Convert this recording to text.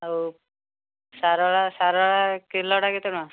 ଆଉ ସାରଳା ସାରଳା କିଲୋଟା କେତେ ଟଙ୍କା